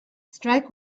strike